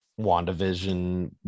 WandaVision